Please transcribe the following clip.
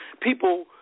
People